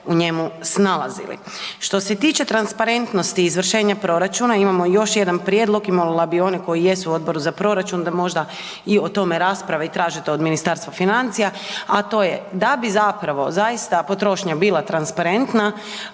u njemu snalazili. Što se tiče transparentnosti izvršenja proračuna, imamo još jedan prijedlog i molila bi one koji jesu u Odboru za proračun da možda i o tome rasprave i tražite od Ministarstva financija, a to je da bi zapravo zaista potrošnja bila transparentna,